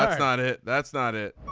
that's not it. that's not it.